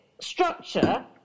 structure